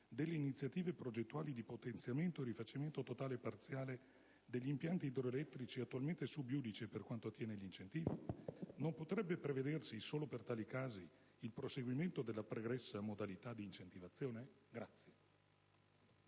delle iniziative progettuali di potenziamento e rifacimento totale o parziale degli impianti idroelettrici, attualmente *sub judice* per quanto attiene gli incentivi? Non potrebbe prevedersi, solo per tali casi, il proseguimento della pregressa modalità di incentivazione?